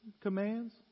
commands